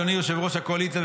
אדוני יושב-ראש הקואליציה,